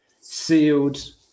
sealed